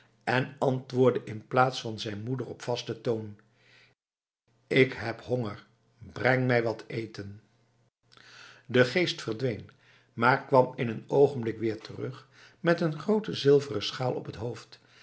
en antwoordde in plaats van zijn moeder op vasten toon ik heb honger breng mij wat te eten de geest verdween maar kwam in een oogenblik weer terug met een groote zilveren schaal op het hoofd